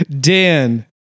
Dan